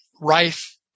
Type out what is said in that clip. Rife